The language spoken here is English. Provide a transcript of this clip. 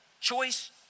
choice